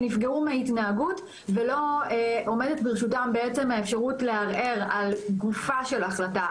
שנפגעו מההתנהגות ולא עומדת ברשותם האפשרות לערער על גופה של ההחלטה,